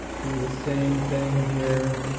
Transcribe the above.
do the same thing here.